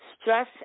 stress